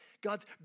God's